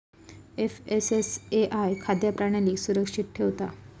FSSAI खाद्य प्रणालीक सुरक्षित ठेवता